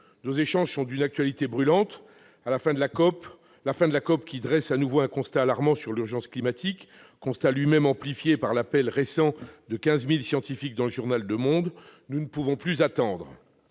Nos échanges sont d'une actualité brûlante : la COP23 a de nouveau dressé un constat alarmant sur l'urgence climatique, constat lui-même amplifié par l'appel récent de 15 000 scientifiques dans le journal. Nous ne pouvons plus attendre